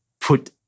Put